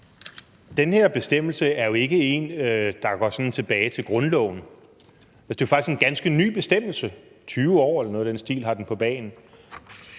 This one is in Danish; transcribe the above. Den her bestemmelse er jo ikke en, der sådan går tilbage til grundloven. Altså, det er jo faktisk en ganske ny bestemmelse. 20 år eller noget i den stil har den på bagen.